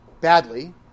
badly